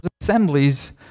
assemblies